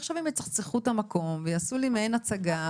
עכשיו הם יצחצחו את המקום ויעשו לי מעין הצגה.